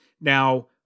Now